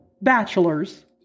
bachelors